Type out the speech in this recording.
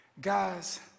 guys